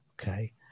okay